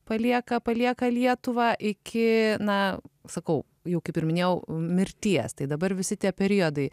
palieka palieka lietuvą iki na sakau jų kaip ir minėjau mirties tai dabar visi tie periodai